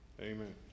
Amen